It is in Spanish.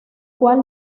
cual